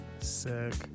Sick